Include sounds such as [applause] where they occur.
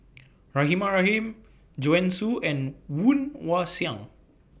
[noise] Rahimah Rahim Joanne Soo and Woon Wah Siang